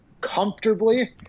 comfortably